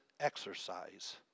exercise